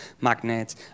magnets